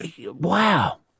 Wow